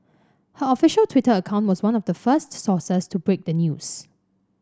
her official Twitter account was one of the first sources to break the news